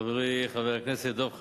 חברי חבר הכנסת דב חנין,